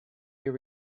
you